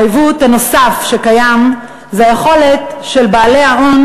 העיוות הנוסף שקיים הוא היכולת של בעלי ההון